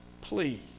Please